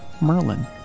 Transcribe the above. Merlin